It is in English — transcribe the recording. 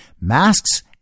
Masks